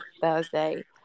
Thursday